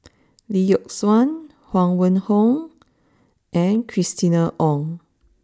Lee Yock Suan Huang Wenhong and Christina Ong